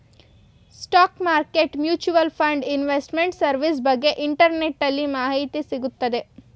stock market mutual fund investment service ಬಗ್ಗೆ ಇಂಟರ್ನೆಟ್ಟಲ್ಲಿ ಮಾಹಿತಿ ಸಿಗುತ್ತೆ